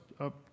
up